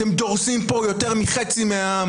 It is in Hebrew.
אתם דורסים פה יותר מחצי העם.